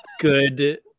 good